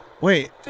Wait